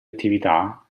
attività